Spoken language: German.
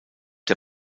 der